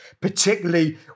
particularly